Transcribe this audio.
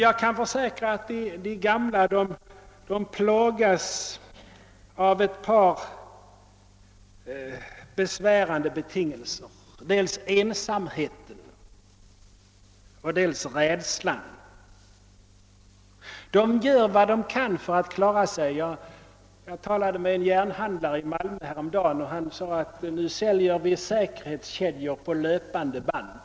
Jag kan försäkra att de gamla plågas av ett par besvärande omständigheter, nämligen dels ensamheten, dels rädslan. De gör vad de kan för att klara sig. Jag talade med en järnhandlare i Malmö häromdagen, och han sade att han nu säljer säkerhetskedjor »på löpande band«.